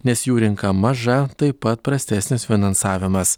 nes jų rinka maža taip pat prastesnis finansavimas